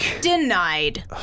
Denied